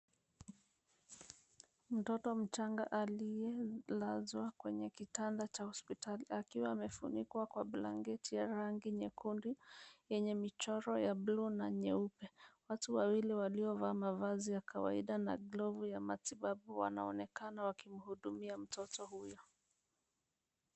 Mtoto mchanga aliyelazwa kwenye kitanda cha hospitali akiwa amefunikwa kwa blanketi ya rangi nyekundu yenye michoro ya Blue na nyeupe. Watu wawili waliovaa mavazi ya kawaida na glovu ya matibabu wanaonekana wakimhudumia mtoto huyo.